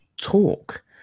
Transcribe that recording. talk